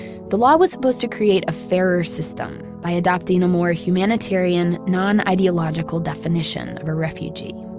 the law was supposed to create a fairer system by adopting a more humanitarian, non-ideological definition of a refugee.